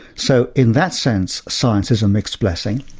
so in that sense, science is a mixed blessing.